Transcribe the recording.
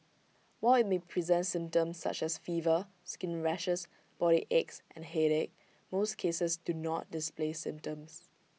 while IT may present symptoms such as fever skin rashes body aches and headache most cases do not display symptoms